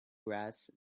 grass